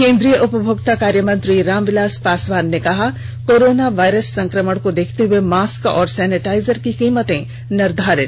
कोन्द्रीय उपभोक्ता कार्य मंत्री रामविलास पासवान ने कहा कोरोना वायरस संक्रमण को देखते हुए मास्क और सैनिटाइजर की कीमतें निर्धारित